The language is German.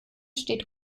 steht